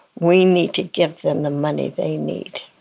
we need to give them the money they need.